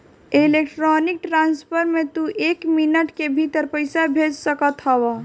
electronic transfer से तू एक मिनट के भीतर पईसा भेज सकत हवअ